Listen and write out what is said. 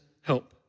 help